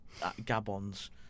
Gabon's